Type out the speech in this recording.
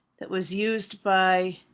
that was used by